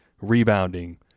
rebounding